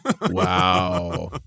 Wow